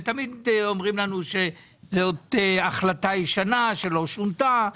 ותמיד אומרים לנו שזו החלטה ישנה שלא שונתה,